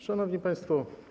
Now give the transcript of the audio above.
Szanowni Państwo!